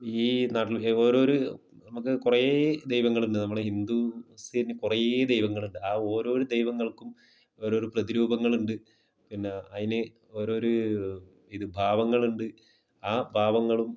ഈ നാട്ടിൽ ഓരോരു നമുക്ക് കുറെ ദൈവങ്ങളുണ്ട് നമ്മുടെ ഹിന്ദൂസിന് കുറെ ദൈവങ്ങളുണ്ട് ആ ഓരോരു ദൈവങ്ങൾക്കും ഓരോരു പ്രതിരൂപങ്ങളുണ്ട് പിന്നെ അതിന് ഓരോരു ഇത് ഭാവങ്ങളുണ്ട് ആ പാവങ്ങളും